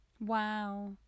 Wow